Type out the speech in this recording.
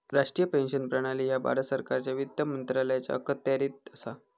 राष्ट्रीय पेन्शन प्रणाली ह्या भारत सरकारच्या वित्त मंत्रालयाच्या अखत्यारीत असा